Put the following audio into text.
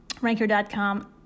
Ranker.com